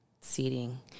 seating